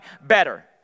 better